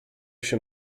się